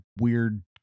weird